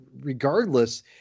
regardless